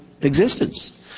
existence